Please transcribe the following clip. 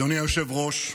אדוני היושב-ראש,